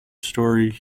story